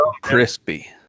crispy